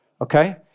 okay